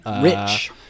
rich